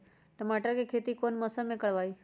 टमाटर की खेती कौन मौसम में करवाई?